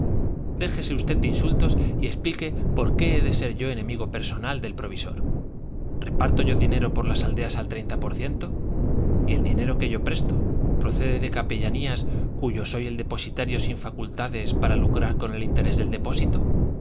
déjese usted de insultos y explique por qué he de ser yo enemigo personal del provisor reparto yo dinero por las aldeas al treinta por ciento y el dinero que yo presto procede de capellanías cuyo soy el depositario sin facultades para lucrar con el interés del depósito